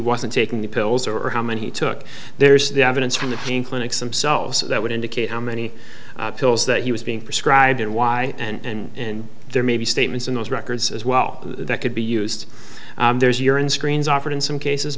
wasn't taking the pills or how many he took there is the evidence from the pain clinics themselves that would indicate how many pills that he was being prescribed and why and there may be statements in those records as well that could be used there's urine screens offered in some cases